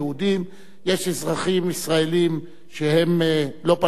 יש אזרחים ישראלים שהם לא פלסטינים ולא יהודים,